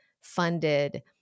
funded